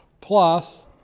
plus